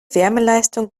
wärmeleistung